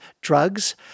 drugs